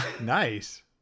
nice